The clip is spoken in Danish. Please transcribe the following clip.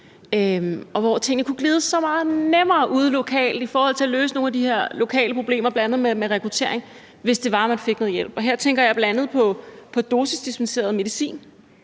ting. Tingene kunne glide så meget nemmere ude lokalt i forhold til at løse nogle af de her lokale problemer, bl.a. med rekruttering, hvis det var, at man fik noget hjælp. Her tænker jeg bl.a. på dosisdispenseret medicin,